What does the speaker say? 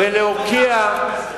ולהוקיע,